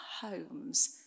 homes